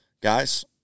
guys